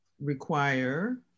require